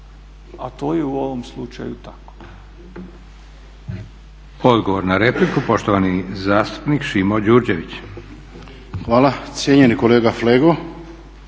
a to je u ovom slučaju tako.